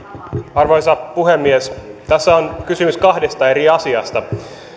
arvoisa puhemies tässä on kysymys kahdesta eri asiasta